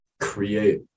create